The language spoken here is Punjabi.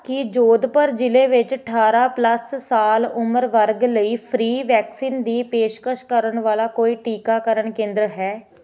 ਕੀ ਜੋਧਪੁਰ ਜ਼ਿਲ੍ਹੇ ਵਿੱਚ ਅਠਾਰਾਂ ਪਲੱਸ ਸਾਲ ਉਮਰ ਵਰਗ ਲਈ ਫ੍ਰੀ ਵੈਕਸੀਨ ਦੀ ਪੇਸ਼ਕਸ਼ ਕਰਨ ਵਾਲਾ ਕੋਈ ਟੀਕਾਕਰਨ ਕੇਂਦਰ ਹੈ